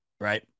right